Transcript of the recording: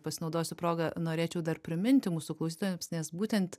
pasinaudosiu proga norėčiau dar priminti mūsų klausytojams nes būtent